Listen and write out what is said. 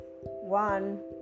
one